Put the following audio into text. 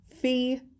fee